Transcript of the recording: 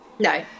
No